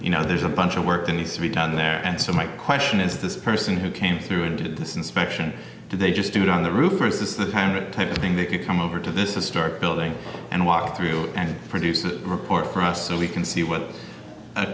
you know there's a bunch of work that needs to be done there and so my question is this person who came through and did this inspection do they just do it on the roof or is this the time retyping they could come over to this historic building and walk through and produce a report for us so we can see what an